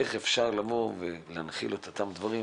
איך אפשר להנחיל את אותם דברים.